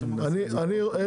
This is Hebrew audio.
קודם,